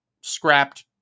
scrapped